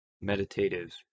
meditative